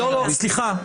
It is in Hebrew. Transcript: לא, לא, סליחה.